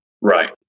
Right